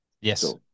Yes